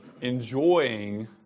enjoying